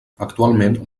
actualment